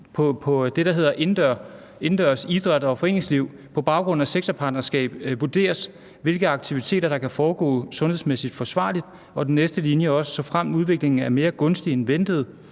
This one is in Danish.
om det, der hedder indendørs-, idræts- og foreningsliv: På baggrund af sektorpartnerskab vurderes det, hvilke aktiviteter der kan foregå sundhedsmæssigt forsvarligt. Og jeg læser også den næste linje: Såfremt udviklingen er mere gunstig end ventet